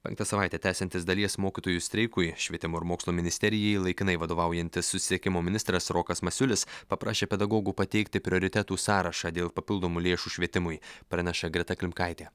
penktą savaitę tęsiantis dalies mokytojų streikui švietimo ir mokslo ministerijai laikinai vadovaujantis susisiekimo ministras rokas masiulis paprašė pedagogų pateikti prioritetų sąrašą dėl papildomų lėšų švietimui praneša greta klimkaitė